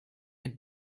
and